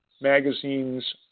magazines